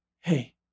hey